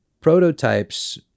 Prototypes